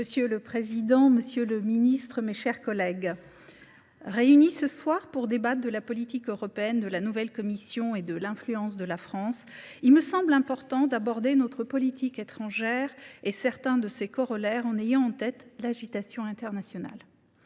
Monsieur le président, monsieur le ministre, mes chers collègues, alors que nous débattons ce soir de la politique européenne de la nouvelle Commission et de l’influence de la France, il me semble important d’aborder notre politique étrangère et certains de ses corollaires en ayant en tête l’agitation internationale.